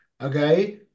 okay